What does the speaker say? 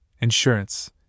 insurance